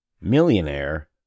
Millionaire